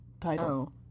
title